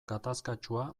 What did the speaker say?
gatazkatsua